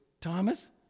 Thomas